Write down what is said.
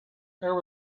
there